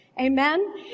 Amen